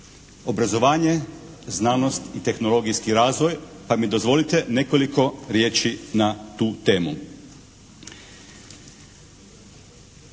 obrazovanje, znanost i tehnologijski razvoj, pa mi dozvolite nekoliko riječi na tu temu.